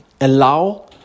allow